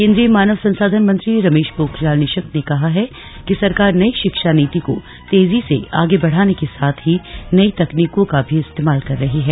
केंद्रीय मानव संसाधन मंत्री रमेश पोखरियाल निशंक ने कहा है कि सरकार नयी शिक्षा नीति को तेजी से आगे बढ़ाने के साथ ही नई तकनीकों का भी इस्तेमाल कर रही है